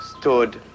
stood